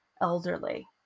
elderly